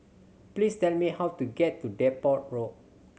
please tell me how to get to Depot Walk